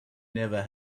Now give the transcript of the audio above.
never